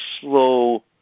slow